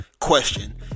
question